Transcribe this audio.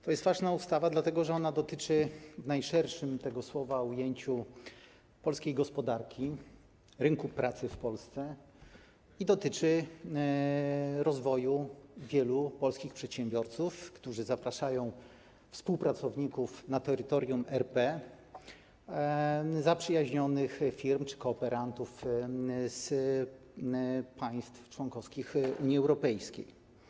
To jest ważna ustawa, dlatego że ona dotyczy w najszerszym ujęciu polskiej gospodarki, rynku pracy w Polsce i rozwoju wielu polskich przedsiębiorców, którzy zapraszają współpracowników na terytorium RP, zaprzyjaźnionych firm czy kooperantów z państw członkowskich Unii Europejskiej.